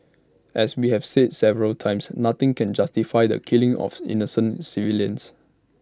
as we have said several times nothing can justify the killing of innocent civilians